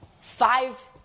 five